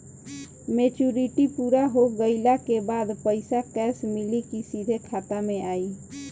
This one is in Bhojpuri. मेचूरिटि पूरा हो गइला के बाद पईसा कैश मिली की सीधे खाता में आई?